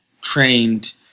trained